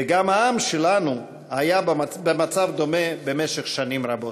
וגם העם שלנו היה במצב דומה במשך שנים רבות.